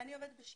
אני עובדת בשיבא.